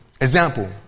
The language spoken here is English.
Example